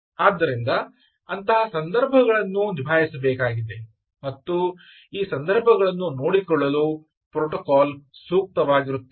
ಆದ್ದರಿಂದ ಅಂತಹ ಸಂದರ್ಭಗಳನ್ನು ನಿಭಾಯಿಸಬೇಕಾಗಿದೆ ಮತ್ತು ಈ ಸಂದರ್ಭಗಳನ್ನು ನೋಡಿಕೊಳ್ಳಲು ಪ್ರೋಟೋಕಾಲ್ ಸೂಕ್ತವಾಗಿರುತ್ತದೆ